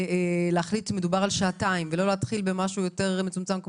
להחליט שמדובר על שעתיים ולא להתחיל במשהו יותר מצומצם,